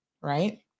right